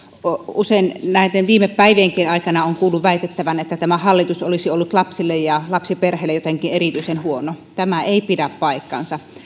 usein näiden viime päivienkin aikana olen kuullut väitettävän että tämä hallitus olisi ollut lapsille ja lapsiperheille jotenkin erityisen huono tämä ei pidä paikkaansa